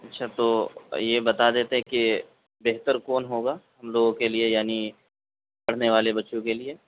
اچھا تو یہ بتا دیتے کہ بہتر کون ہوگا ہم لوگوں کے لیے یعنی پڑھنے والے بچوں کے لیے